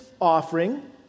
offering